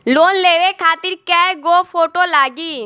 Loan लेवे खातिर कै गो फोटो लागी?